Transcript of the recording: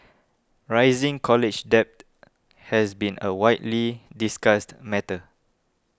rising college debt has been a widely discussed matter